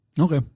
Okay